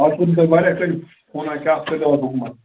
اَز کوٚروٕ تۄہہِ واریاہ کٲلۍ فوناہ کیٛاہ کٔرۍتو حظ حُکما